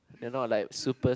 then not like super